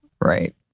Right